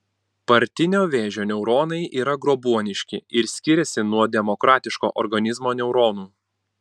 partinio vėžio neuronai yra grobuoniški ir skiriasi nuo demokratiško organizmo neuronų